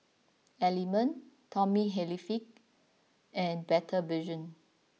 Element Tommy Hilfiger and Better Vision